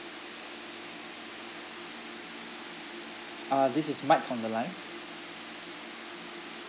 uh this is mike on the line